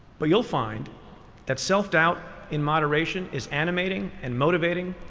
but you'll find that self-doubt in moderation is animating, and motivating,